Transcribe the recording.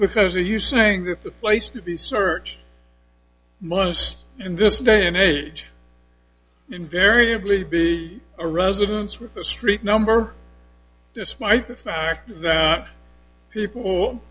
because a you saying that the place to be search minus in this day and age invariably be a residence with a street number despite the fact that people